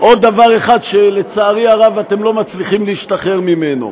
עוד דבר אחד שלצערי הרב אתם לא מצליחים להשתחרר ממנו,